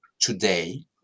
today